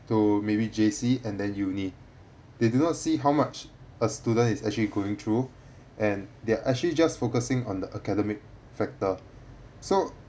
to maybe J_C and then uni they did not see how much a student is actually going through and they're actually just focusing on the academic factor so